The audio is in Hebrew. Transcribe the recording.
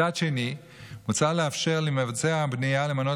מצד שני מוצע לאפשר למבצע בנייה למנות